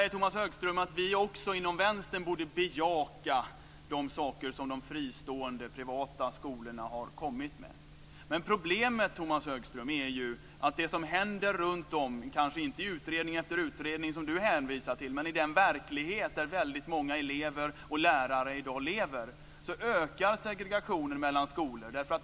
Tomas Högström säger att vi i Vänstern borde bejaka de saker de fristående, privata skolorna har kommit med. Problemet är att i den verklighet där många elever och lärare lever - men kanske inte i utredning efter utredning, som Tomas Högström hänvisar till - ökar segregationen mellan skolor.